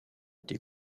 été